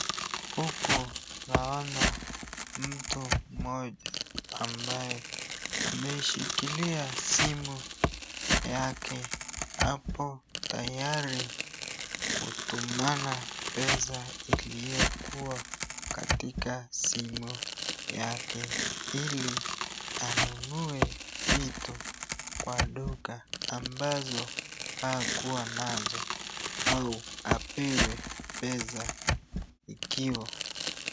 Huku naona mtu moja ambaye ameishikilia simu yake apo tayari kutumana pesa iliyokuwa katika simu yake, ili anunue vitu kwa duka ambazo hakuwa nazo au apewe pesa ikiwa.